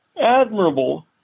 admirable